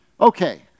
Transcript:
Okay